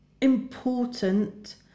important